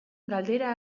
galdera